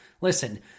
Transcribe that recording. Listen